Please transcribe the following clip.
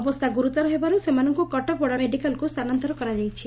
ଅବସ୍ଥା ଗୁରୁତର ହେବାରୁ ସେମାନଙ୍କୁ କଟକ ବଡ଼ମେଡ଼ିକାଲକୁ ସ୍ଥାନାନ୍ତର କରାଯାଇଛି